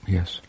Yes